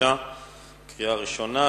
התש"ע 2010,